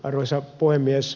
arvoisa puhemies